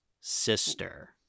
sister